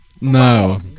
No